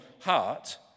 heart